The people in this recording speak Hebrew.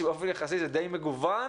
שבאופן יחסי זה די מגוון,